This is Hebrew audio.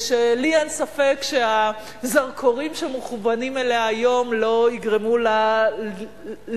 לי אין ספק שהזרקורים שמכוונים אליה היום לא יגרמו לה לבלבול,